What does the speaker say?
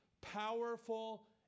powerful